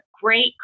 great